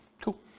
Cool